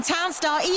Townstar